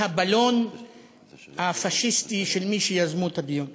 מהבלון הפאשיסטי של מי שיזמו את הדיון: